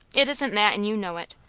it isn't that, and you know it.